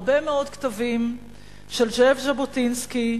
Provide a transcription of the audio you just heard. הרבה מאוד כתבים של זאב ז'בוטינסקי,